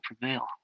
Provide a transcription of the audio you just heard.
prevail